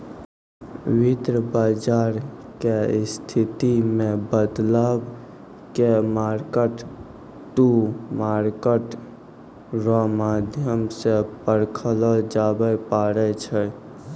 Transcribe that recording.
वित्त बाजार के स्थिति मे बदलाव के मार्केट टू मार्केट रो माध्यम से परखलो जाबै पारै छै